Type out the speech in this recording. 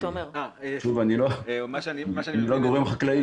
שוב, אני לא גורם חקלאי.